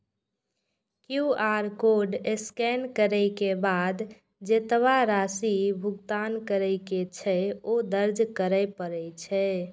QR code scan करै के बाद जेतबा राशि भुगतान करै के छै, ओ दर्ज करय पड़ै छै